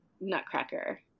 nutcracker